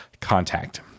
contact